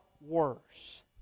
worse